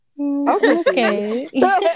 Okay